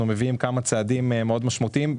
אנחנו מביאים כמה צעדים מאוד משמעותיים.